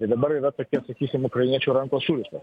tai dabar yra tokie sakysim ukrainiečių rankos surištos